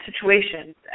situations